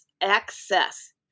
access